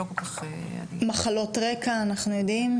מחלות רקע, אנחנו יודעים?